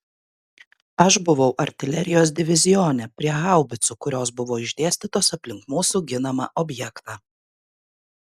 aš buvau artilerijos divizione prie haubicų kurios buvo išdėstytos aplink mūsų ginamą objektą